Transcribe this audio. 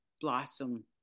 blossom